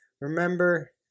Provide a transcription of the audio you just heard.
remember